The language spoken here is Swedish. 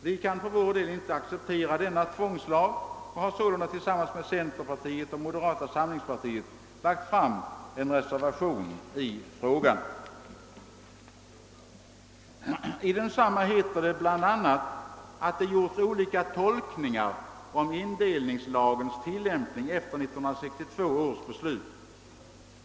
Vi kan för vår del inte acceptera denna tvångslag och har därför tillsammans med centerpartiets och moderata samlingspartiets representanter avgivit en reservation i frågan. I denna reservation heter det bla. att det gjorts olika tolkningar beträffande indelningslagens tillämpning efter 1962 års beslut.